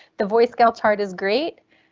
the voice scale chart is great.